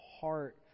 heart